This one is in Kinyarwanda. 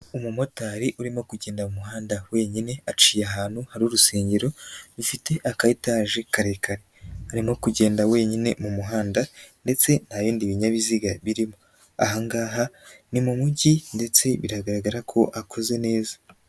Umumotari urimo kugenda muhanda wenyine aciye ahantu hari urusengero rufite akayetaje karekare, arimo kugenda wenyine mu muhanda ndetse nta bindi binyabiziga birimo, ahangaha ni mu mujyi ndetse biragaragara ko hakoze neza.